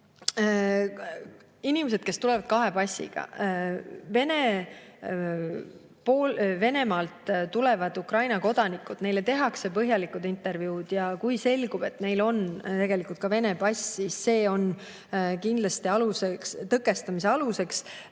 Inimesed, kes tulevad kahe passiga. Venemaalt tulevatele Ukraina kodanikele tehakse põhjalikud intervjuud ja kui selgub, et neil on tegelikult ka Vene pass, siis see on kindlasti tõkestamise aluseks.